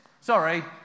Sorry